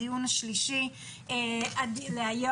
הדיון השלישי להיום.